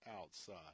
outside